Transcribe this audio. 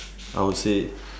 I would say